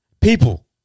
People